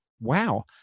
wow